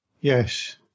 Yes